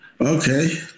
Okay